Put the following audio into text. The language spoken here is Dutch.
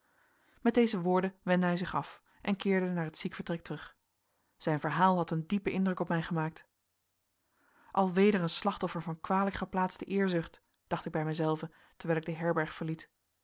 met deze woorden wendde hij zich af en keerde naar het ziekvertrek terug zijn verhaal had een diepen indruk op mij gemaakt al weder een slachtoffer van kwalijk geplaatste eerzucht dacht ik bij mijzelven terwijl ik de herberg verliet